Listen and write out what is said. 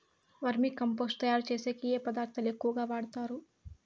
వర్మి compost తయారుచేసేకి ఏ పదార్థాలు ఎక్కువగా వాడుతారు